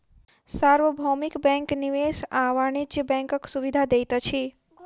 सार्वभौमिक बैंक निवेश आ वाणिज्य बैंकक सुविधा दैत अछि